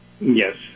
Yes